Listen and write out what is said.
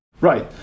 Right